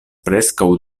preskaŭ